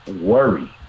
worry